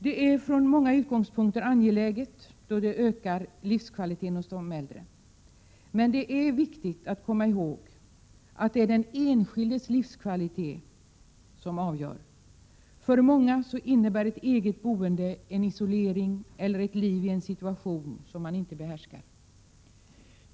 Det är från många utgångspunkter angeläget, då det ökar de äldres livskvalitet. Men det är viktigt att komma ihåg att det är den enskildes livskvalitet som avgör. För många innebär ett eget boende en isolering eller ett liv i en situation som man inte behärskar.